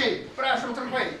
taip prašom trumpai